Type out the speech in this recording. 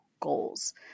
Goals